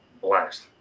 Blast